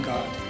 God